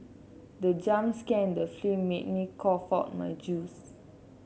the jump scare in the film made me cough out my juice